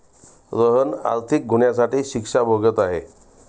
रोहन आर्थिक गुन्ह्यासाठी शिक्षा भोगत आहे